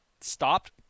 stopped